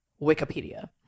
Wikipedia